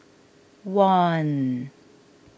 one